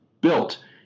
built